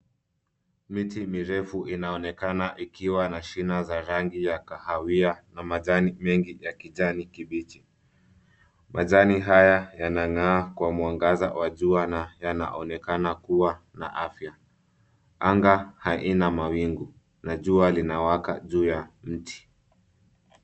Miti mirefu inaonekana ikiwa na shina za kahawia na majani mengi ya kijani kibichi. Majani haya yanang'aa kwa mwangaza wa jua na yanaonekana kuwa na afya. Anga haina mawingu na jua linawaka juu ya mti.